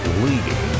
leading